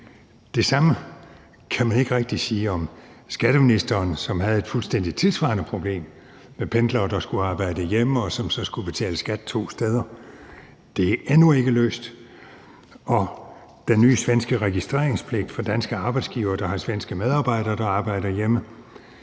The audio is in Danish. Det samme kan man ikke rigtig sige om skatteministeren, som havde et fuldstændig tilsvarende problem med pendlere, der skulle arbejde hjemme, og som så skulle betale skat to steder. Det er endnu ikke løst. Og problemet med den nye svenske registreringspligt for danske arbejdsgivere, der har svenske medarbejdere, der arbejder hjemme,